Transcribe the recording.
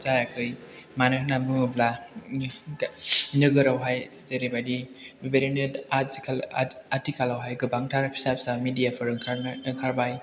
जायाखै मानो होनना बुङोब्ला नोगोरावहाय जेरैबायदि बेबायदिनो आथिखालावहाय गोबांथार फिसा फिसा मिडिया फोर ओंखारबाय आरो